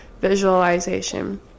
visualization